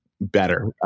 better